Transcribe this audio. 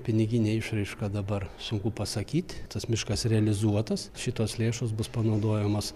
pinigine išraiška dabar sunku pasakyt tas miškas realizuotas šitos lėšos bus panaudojamos